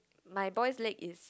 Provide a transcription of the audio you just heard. my boys leg is